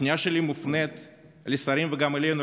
הפנייה שלי מופנית לשרים וגם אלינו,